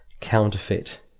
counterfeit